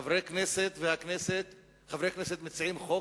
חברי הכנסת מציעים חוק,